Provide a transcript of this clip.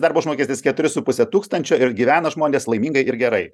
darbo užmokestis keturi su puse tūkstančio ir gyvena žmonės laimingai ir gerai